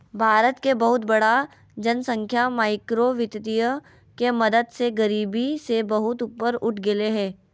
भारत के बहुत बड़ा जनसँख्या माइक्रो वितीय के मदद से गरिबी से बहुत ऊपर उठ गेलय हें